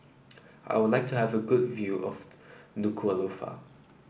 I would like to have a good view of Nuku'alofa